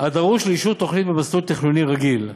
הדרוש לאישור תוכנית במסלול תכנוני רגיל.